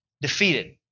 defeated